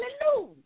Hallelujah